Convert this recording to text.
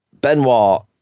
Benoit